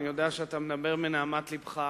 אני יודע שאתה מדבר מנהמת לבך,